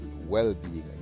well-being